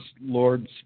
lords